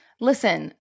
Listen